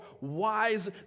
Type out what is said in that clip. wise